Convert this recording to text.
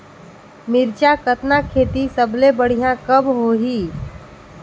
मिरचा कतना खेती सबले बढ़िया कब होही?